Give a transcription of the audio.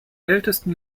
ältesten